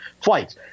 flights